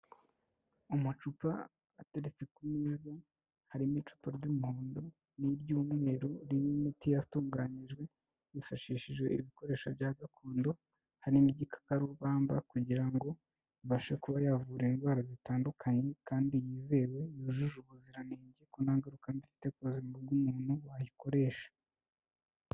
Mu macupa ateretse ku meza, harimo icupa ry'umuhondo n'iry'umweru ririmo imiti yatunganyijwe hifashishijwe ibikoresho bya gakondo, hari n'igikakarubamba kugira ngo ibashe kuba yavura indwara zitandukanye, kandi yizewe yujuje ubuziranenge ko nta ngaruka mbi ifite ku buzima bw'umuntu wayikoresha.